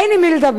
אין עם מי לדבר,